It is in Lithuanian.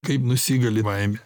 kaip nusigali baimė